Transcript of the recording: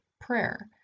prayer